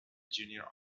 junior